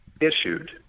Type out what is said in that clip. issued